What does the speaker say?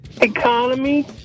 economy